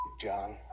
John